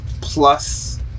plus